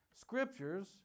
Scriptures